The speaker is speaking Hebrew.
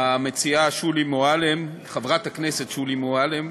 המציעה שולי מועלם, חברת הכנסת שולי מועלם,